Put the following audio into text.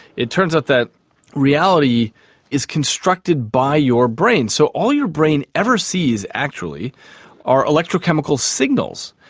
it turns out that reality is constructed by your brain. so all your brain ever sees actually are electrochemical signals,